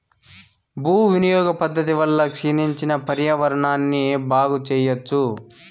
భూ వినియోగ పద్ధతి వల్ల క్షీణించిన పర్యావరణాన్ని బాగు చెయ్యచ్చు